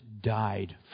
died